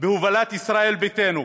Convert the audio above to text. בהובלת ישראל ביתנו,